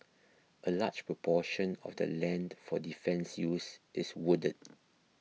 a large proportion of the land for defence use is wooded